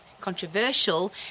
controversial